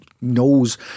knows